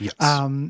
Yes